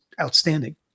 outstanding